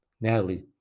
Natalie